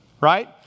Right